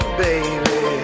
baby